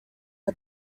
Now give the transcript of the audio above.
but